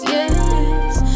Yes